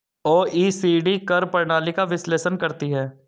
OECD कर प्रणाली का विश्लेषण करती हैं